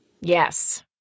Yes